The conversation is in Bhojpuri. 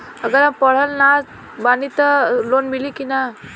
अगर हम पढ़ल ना बानी त लोन मिली कि ना?